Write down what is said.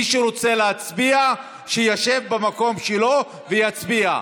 מי שרוצה להצביע, שישב במקום שלו ויצביע.